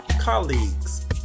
colleagues